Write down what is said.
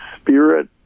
spirit